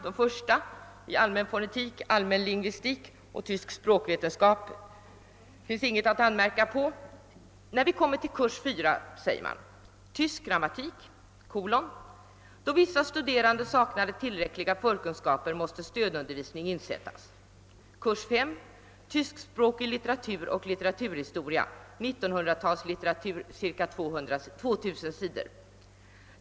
De tre första, i allmän fonetik, allmän lingvistik och tysk språkvetenskap, finns inget att anmärka på, men om de följande säger man: Kurs 5. Tyskspråkig litteratur och litteraturhistoria: (1900-talslitteratur ca 2 000 s.